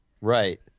right